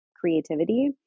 creativity